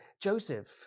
Joseph